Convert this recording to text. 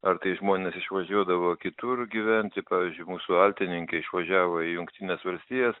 ar tai žmonės išvažiuodavo kitur gyventi pavyzdžiui mūsų altininkė išvažiavo į jungtines valstijas